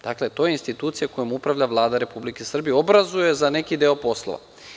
Dakle, to jeinstitucija kojom upravlja Vlada Republike Srbije, obrazuje za neki deo poslova.